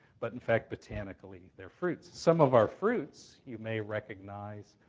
but in fact, botanically, they're fruits. some of our fruits, you may recognize,